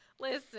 Listen